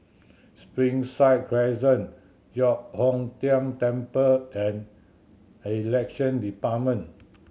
Springside Crescent Giok Hong Tian Temple and Election Department